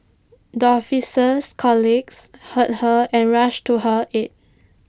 the officer's colleagues heard her and rushed to her aid